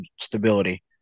stability